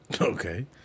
okay